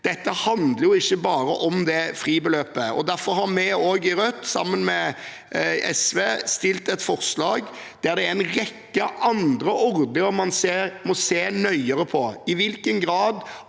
handler dette ikke bare om det fribeløpet, og derfor har vi i Rødt, sammen med SV, et forslag der det er en rekke andre ordninger man må se nøyere på.